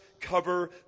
cover